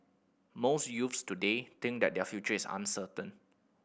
most youths today think that their future is uncertain